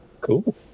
Cool